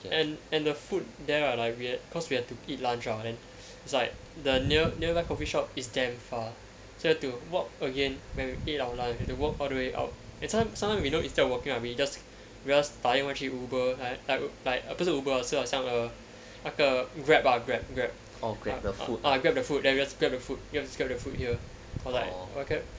and and the food there are like weird cause we have to eat lunch ah then it's like the the near nearby coffeeshop is damn far so you have to walk again when we eat our lunch have to walk all the way out sometimes sometimes you know instead of walking out we just we just 打另外去 Uber like like like 不是 Uber 是好像 uh 那个 Grab ah Grab Grab ah ah Grab the food then we just Grab the food just Grab the food here or like